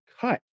cut